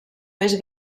més